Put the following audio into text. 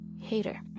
hater